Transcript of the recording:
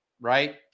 right